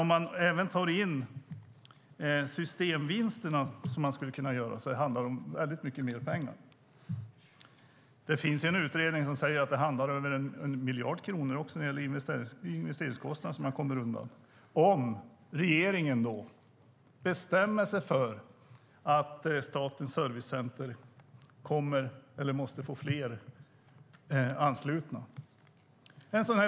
Om vi även tar in de systemvinster man skulle kunna göra handlar det om väldigt mycket mer pengar. En utredning visar att man kan komma undan investeringskostnader på över 1 miljard kronor om regeringen bestämmer sig för att Statens servicecenter ska ha fler anslutna.